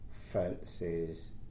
fancies